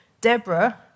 Deborah